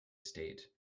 state